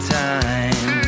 time